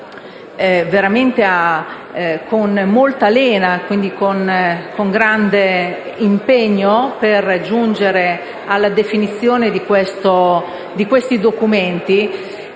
veramente di gran lena e con grande impegno per giungere alla definizione di questi documenti.